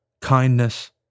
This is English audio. kindness